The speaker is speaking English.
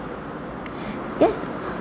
yes